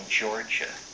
georgia